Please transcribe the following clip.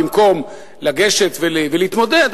במקום לגשת ולהתמודד,